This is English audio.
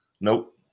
Nope